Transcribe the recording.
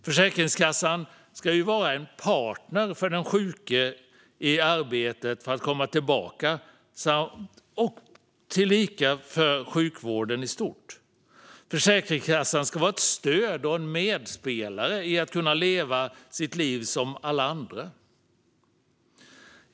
Försäkringskassan ska vara en partner för de sjuka i arbetet för att komma tillbaka och för sjukvården i stort. Försäkringskassan ska vara ett stöd och en medspelare för att de ska kunna leva sitt liv som alla andra.